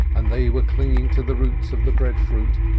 and they were clinging to the roots of the breadfruit,